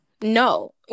no